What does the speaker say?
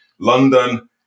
London